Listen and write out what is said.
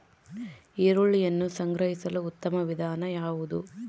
ಈರುಳ್ಳಿಯನ್ನು ಸಂಗ್ರಹಿಸಲು ಉತ್ತಮ ವಿಧಾನ ಯಾವುದು?